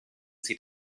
sie